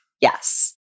Yes